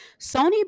Sony